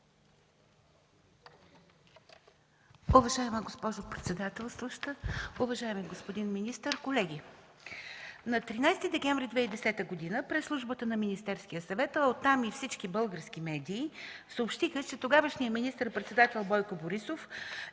Уважаема госпожо председател, уважаеми господин министър, колеги! На 13 декември 2010 г. Пресслужбата на Министерския съвет, а оттам и всички български медии, съобщиха, че тогавашният министър-председател Бойко Борисов е